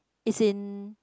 it's in